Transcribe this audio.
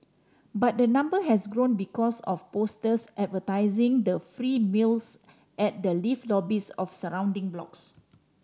but the number has grown because of posters advertising the free meals at the lift lobbies of surrounding blocks